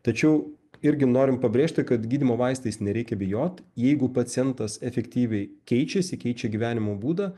tačiau irgi norim pabrėžti kad gydymo vaistais nereikia bijot jeigu pacientas efektyviai keičiasi keičia gyvenimo būdą